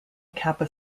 kappa